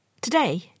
Today